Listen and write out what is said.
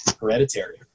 Hereditary